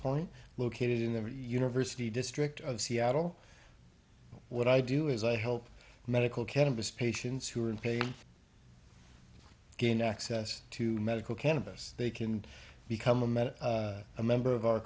point located in the university district of seattle what i do is i help medical cannabis patients who are in pain gain access to medical cannabis they can become a minute a member of our